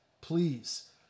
please